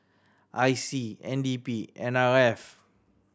I C N D P and N R F